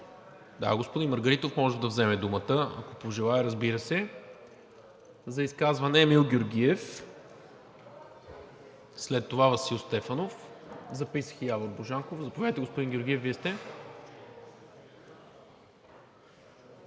Да, господин Маргаритов може да вземе думата, ако желае, разбира се. За изказване Емил Георгиев, след това Васил Стефанов, записах и Явор Божанков. Заповядайте, господин Георгиев, Вие сте.